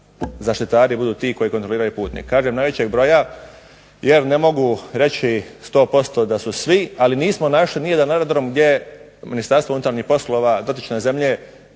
zaštitari budu ti koji kontroliraju putnike, kažem najvećeg broja, jer ne mogu reći 100% da su svi, ali nismo našli nijedan aerodrom gdje Ministarstvo unutarnjih poslova dotične zemlje